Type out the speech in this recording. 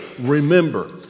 remember